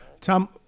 Tom